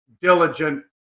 diligent